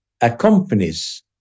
accompanies